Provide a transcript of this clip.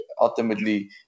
ultimately